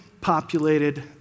populated